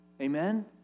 Amen